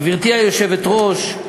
גברתי היושבת-ראש,